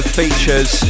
features